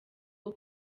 bwo